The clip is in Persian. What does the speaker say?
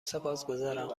سپاسگزارم